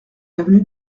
avenue